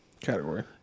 Category